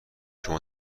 شما